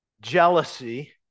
jealousy